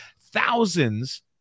thousands